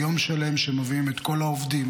ליום שלם שמביאים את כל העובדים,